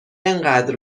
انقدر